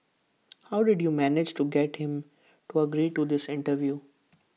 how did you manage to get him to agree to this interview